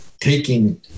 taking